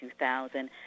2000